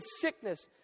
sickness